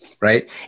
right